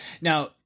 Now